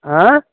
आयँ